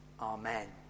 amen